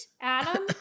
Adam